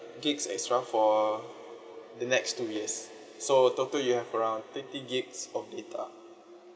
gigs extra for the next two years so total you have around twenty gigs of data